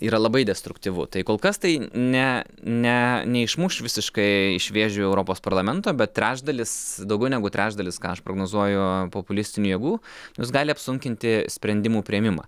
ji yra labai destruktyvu tai kol kas tai ne ne neišmuš visiškai šviežio europos parlamento bet trečdalis daugiau negu trečdalis ką aš prognozuoju populistinių jėgų jos gali apsunkinti sprendimų priėmimą